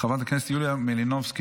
חברת הכנסת יוליה מלינובסקי,